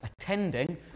attending